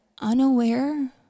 unaware